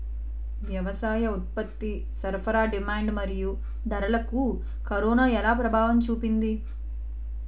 వ్యవసాయ ఉత్పత్తి సరఫరా డిమాండ్ మరియు ధరలకు కరోనా ఎలా ప్రభావం చూపింది